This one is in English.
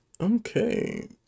Okay